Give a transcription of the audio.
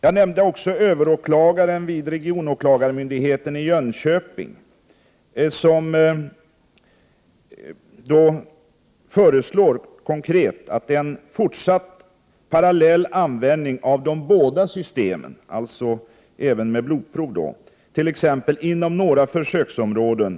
Jag nämnde också överåklagaren vid regionåklagarmyndigheten i Jönköping, som konkret föreslog en fortsatt parallell användning av både blodprov och alkoholutandningsprov, t.ex. inom några försöksområden.